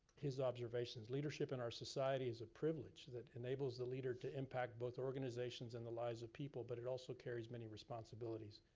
his observations. leadership in our society is a privilege that enables the leader to impact both organizations and the lives of people, but it also carries many responsibilities.